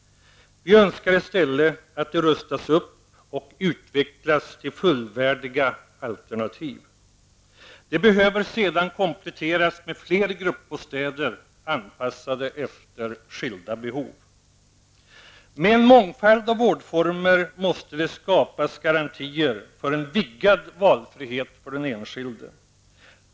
Vi önskar i stället att de rustas upp och utvecklas till fullvärdiga alternativ. De behöver sedan kompletteras med fler gruppbostäder anpassade efter skilda behov. Med en mångfald av vårdformer måste det skapas garantier för en vidgad valfrihet för den enskilde.